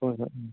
ꯍꯣꯏ ꯍꯣꯏ ꯎꯝ